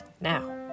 now